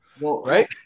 Right